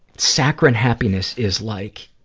saccharine happiness is like,